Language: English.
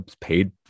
paid